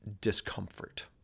discomfort